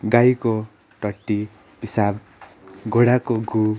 गाईको टट्टी पिसाब घोडाको गुहु